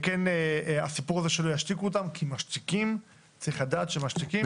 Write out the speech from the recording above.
כי צריך לדעת שהסיפור הזה שמשתיקים קיים וזה כדי שלא ישתיקו אותם.